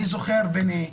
אני זוכר, בני,